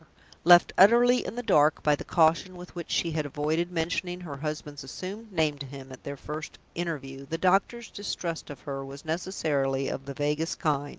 left utterly in the dark by the caution with which she had avoided mentioning her husband's assumed name to him at their first interview, the doctor's distrust of her was necessarily of the vaguest kind.